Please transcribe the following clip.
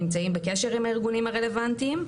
נמצאים בקשר עם הארגונים הרלוונטיים,